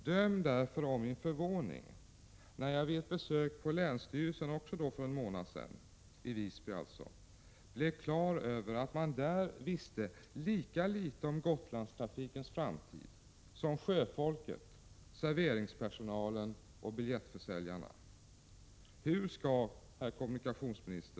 Döm därför om min förvåning, när jag vid ett besök — också det för en månad sedan — på länsstyrelsen i Visby blev klar över att man där visste lika litet om Gotlandstrafikens framtid som sjöfolket, serveringspersonalen och biljettförsäljarna. Herr kommunikationsminister!